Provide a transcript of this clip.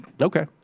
Okay